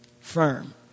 firm